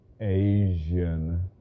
Asian